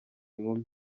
inkumi